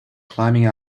climbing